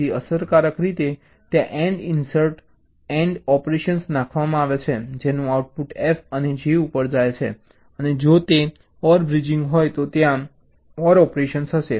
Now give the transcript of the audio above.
તેથી અસરકારક રીતે ત્યાં AND ઇન્સર્ટ AND ઑપરેશન નાખવામાં આવે છે જેનું આઉટપુટ F અને G ઉપર જાય છે અને જો તે OR બ્રિજિંગ હોય તો ત્યાં OR ઑપરેશન હશે